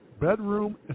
bedroom